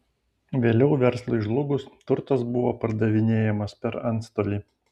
vėliau verslui žlugus turtas buvo pardavinėjamas per antstolį